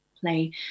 play